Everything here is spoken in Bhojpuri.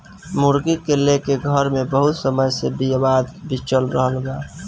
मुर्गी के लेके घर मे बहुत समय से विवाद भी चल रहल बा